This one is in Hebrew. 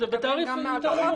בתעריף נמוך.